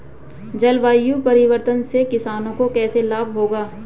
जलवायु परिवर्तन से किसानों को कैसे लाभ होगा?